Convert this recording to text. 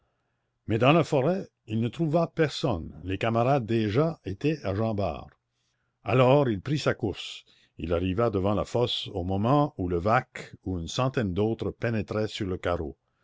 mais dans la forêt il ne trouva personne les camarades déjà étaient à jean bart alors il prit sa course il arriva devant la fosse au moment où levaque et une centaine d'autres pénétraient sur le carreau